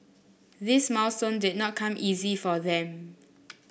this milestone did not come easy for them